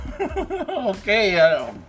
Okay